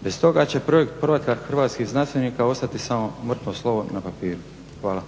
Bez toga će projekt "Povratak hrvatskih znanstvenika" ostati samo mrtvo slovo na papiru. Hvala.